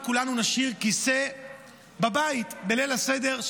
כמובן שכולנו נשאיר כיסא בבית בליל הסדר,